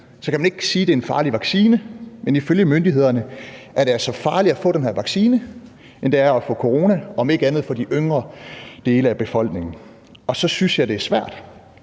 Så kan man ikke sige, det er en farlig vaccine, men ifølge myndighederne er det altså farligere at få den her vaccine, end det er at få corona, om ikke andet for de yngre dele af befolkningen. Og så synes jeg, det er svært